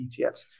ETFs